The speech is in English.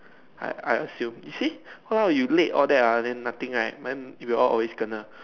I I assume you see now you late all that ah then nothing right mine if you all always kena